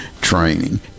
training